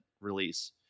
release